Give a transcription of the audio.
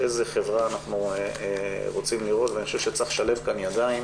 איזו חברה אנחנו רוצים לראות ואני חושב שצריך לשלב כאן ידיים